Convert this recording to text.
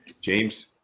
james